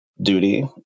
duty